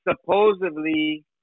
supposedly